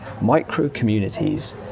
micro-communities